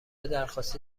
درخواستی